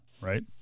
right